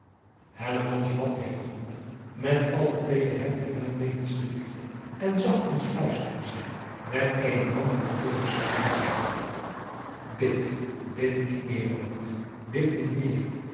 bad met al de teederheid der welmeenendste liefde en zachtkens fluisterde zij met eenen brandenden kus op zijne lippen id bid niet meer bid niet meer